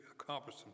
accomplish